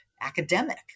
academic